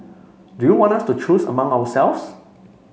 do you want us to choose among ourselves